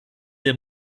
der